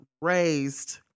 raised